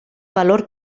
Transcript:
valor